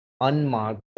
unmarked